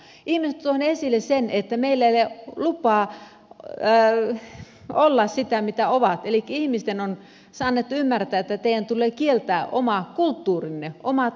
ihmiset ovat tuoneet esille sen että heillä ei ole lupaa olla sitä mitä ovat elikkä ihmisten on annettu ymmärtää että heidän tulee kieltää oma kulttuurinsa oma taustansa eli identifikaatio